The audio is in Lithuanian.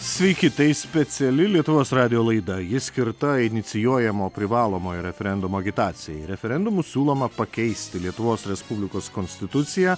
sveiki tai speciali lietuvos radijo laida ji skirta inicijuojamo privalomojo referendumo agitacijai referendumu siūloma pakeisti lietuvos respublikos konstituciją